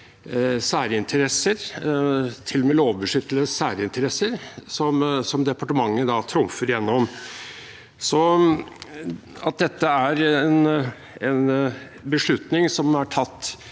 særinteresser, til og med lovbeskyttede særinteresser, som departementet da trumfer gjennom. At dette er en beslutning som er tatt